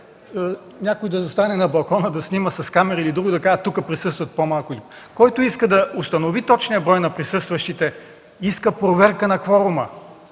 някой да застане на балкона, да снима с камера и да каже: „Тук присъстват по-малко”. Който иска да установи точния брой на присъстващите, иска проверка на кворума.